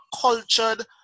cultured